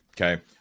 okay